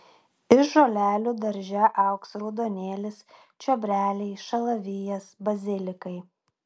iš žolelių darže augs raudonėlis čiobreliai šalavijas bazilikai